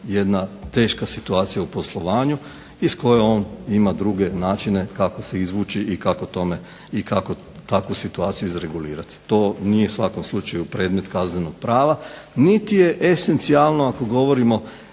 jedna teška situacija u poslovanju iz koje on ima druge načine kako se izvući i kako takvu situaciju izregulirati. To nije u svakom slučaju predmet kaznenog prava niti je esencijalno ako govorimo